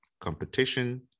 competition